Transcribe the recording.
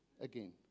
again